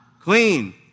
clean